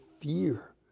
fear